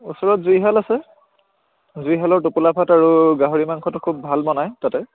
ওচৰত জুইহাল আছে জুইহালৰ টোপোলা ভাট আৰু গাহৰি মাংসটো খুব ভাল বনায় তাতে